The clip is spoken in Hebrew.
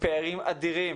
פערים אדירים